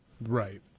Right